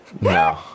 No